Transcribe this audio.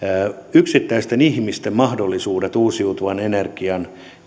yksittäisten ihmisten mahdollisuudet uusiutuvan energian